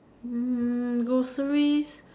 mm groceries